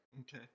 Okay